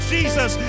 Jesus